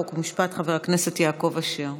חוק ומשפט חבר הכנסת יעקב אשר.